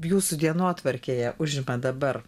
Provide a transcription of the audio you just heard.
jūsų dienotvarkėje užima dabar